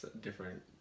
different